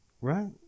right